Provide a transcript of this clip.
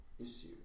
issue